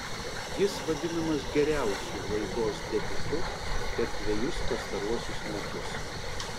jis vadinamas geriausiu laidos debiutu per dvejus pastaruosius metus